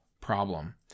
problem